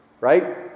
Right